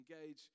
engage